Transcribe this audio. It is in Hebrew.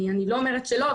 אני לא אומרת שלא,